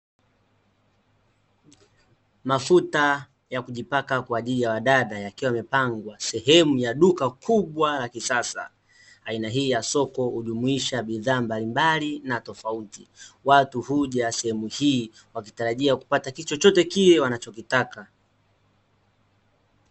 Mafuta ya kujipaka kwaajili ya wadada yakiwa yamepangwa sehemu ya duka kubwa la kisasa, aina hii ya soko hujumuisha bidhaa mbalimbali na tofauti, watu huja sehemu hii wakitarajia kupata kitu chochote kile wanachokitaka.